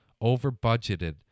over-budgeted